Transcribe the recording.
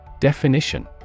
Definition